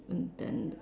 and then